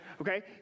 okay